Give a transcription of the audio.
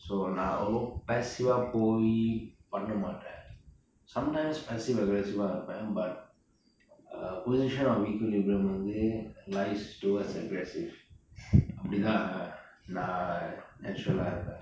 so நா அவ்வளவா:naa avvalavaa passive போய் பன்னமாட்டேன்:poi pannamaatten sometimes passive aggressive இருப்பேன்:irupen but uh position of equilibrium வந்து:vanthu nice towards aggressive அப்படி தான் நா:appadi thaan naa natural இருப்பேன்:iruppen